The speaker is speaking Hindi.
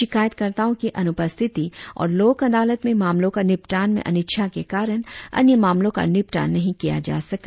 शिकायत कर्ताओं की अनुपस्थिति और लोक अदालत में ममलों का निपटान में अनिच्छा के कारण अन्य मामलों का निपटान नही किया जा सका